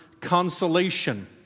consolation